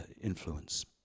influence